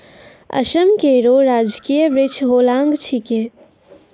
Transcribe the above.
असम केरो राजकीय वृक्ष होलांग छिकै